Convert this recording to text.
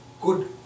good